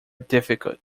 difficult